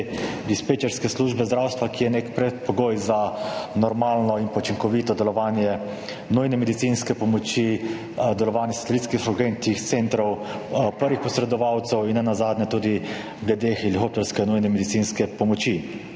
dispečerske službe zdravstva, ki je nek predpogoj za normalno in učinkovito delovanje nujne medicinske pomoči, delovanje satelitskih urgentnih centrov, prvih posredovalcev, in nenazadnje tudi glede helikopterske nujne medicinske pomoči.